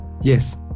Yes